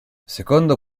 secondo